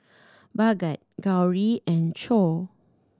Bhagat Gauri and Choor